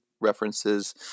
references